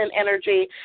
energy